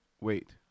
wait